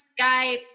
Skype